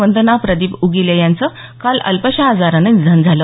वंदना प्रदीप उगीले यांचं काल अल्पशा आजारानं निधन झालं